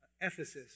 Ephesus